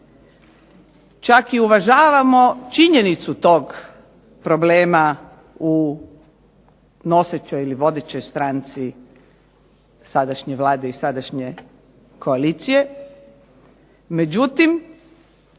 Čak i uvažavamo činjenicu tog problema u nosećoj ili vodećoj stranci sadašnje Vlade i sadašnje koalicije.